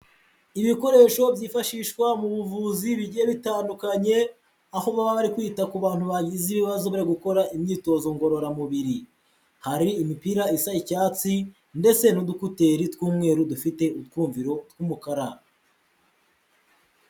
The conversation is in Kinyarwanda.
Ibikoresho byifashishwa mu buvuzi bigiye bitandukanye, aho ba bari kwita ku bantu bagize ibibazo bari gukora imyitozo ngorora mubiri, hari imipira isa icyatsi ndetse n'udukuteri tw'umweru dufite ubwumviro bw'umukara.